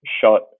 shot